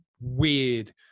weird